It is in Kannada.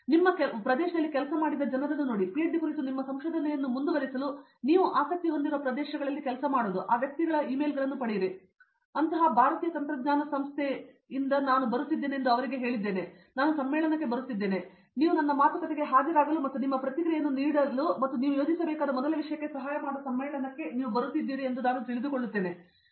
ನಿಮ್ಮ ಪ್ರದೇಶದಲ್ಲಿ ಕೆಲಸ ಮಾಡುವ ಜನರನ್ನು ನೋಡಿ ಮತ್ತು ಪಿಎಚ್ಡಿ ಕುರಿತು ನಿಮ್ಮ ಸಂಶೋಧನೆಯನ್ನು ಮುಂದುವರಿಸಲು ನೀವು ಆಸಕ್ತಿ ಹೊಂದಿರುವ ಪ್ರದೇಶಗಳಲ್ಲಿ ಕೆಲಸ ಮಾಡುವವರು ಆ ವ್ಯಕ್ತಿಗಳ ಇಮೇಲ್ಗಳನ್ನು ಪಡೆಯಿರಿ ಮತ್ತು ನಾನು ಅಂತಹ ಭಾರತೀಯ ತಂತ್ರಜ್ಞಾನ ಸಂಸ್ಥೆಯಿಂದ ಹೀಗೆ ಹೇಳುತ್ತಿದ್ದೇನೆ ಎಂದು ನಾನು ಅವರಿಗೆ ಹೇಳಿದ್ದೇನೆ ನಾನು ಸಮ್ಮೇಳನಕ್ಕೆ ಬರುತ್ತಿದ್ದೇನೆ ನೀವು ನನ್ನ ಮಾತುಕತೆಗೆ ಹಾಜರಾಗಲು ಮತ್ತು ನಿಮ್ಮ ಪ್ರತಿಕ್ರಿಯೆಯನ್ನು ನೀಡಲು ಮತ್ತು ನೀವು ಯೋಜಿಸಬೇಕಾದ ಮೊದಲ ವಿಷಯಕ್ಕೆ ಸಹಾಯ ಮಾಡುವ ಸಮ್ಮೇಳನಕ್ಕೆ ನೀವು ಬರುತ್ತಿದ್ದೀರಿ ಎಂದು ನಾನು ತಿಳಿದುಕೊಳ್ಳುತ್ತೇನೆ